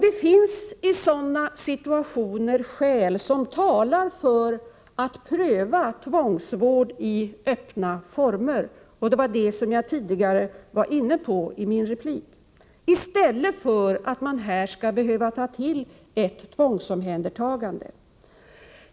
Det finns i sådana situationer skäl som talar för att pröva tvångsvård i öppna former — detta var jag inne på tidigare i en replik —i stället för att ta till ett tvångsomhändertagande.